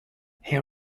here